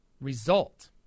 result